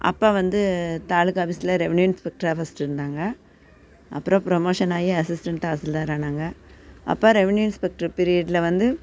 அப்பா வந்து தாலுக்கா ஆஃபீஸில் ரெவென்யூவ் இன்ஸ்பெக்ட்டராக ஃபஸ்ட்டு இருந்தாங்க அப்புறம் ப்ரமோஷன் ஆகி அசிஸ்டன்ட் தாசில்தார் ஆனாங்க அப்பா ரெவென்யூவ் பீரியட்டில் வந்து